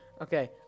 Okay